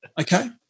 Okay